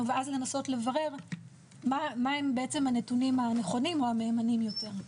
ואז לנסות לברר מה הם בעצם הנתונים הנכונים או המהימנים יותר.